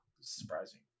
surprising